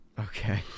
okay